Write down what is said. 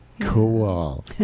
cool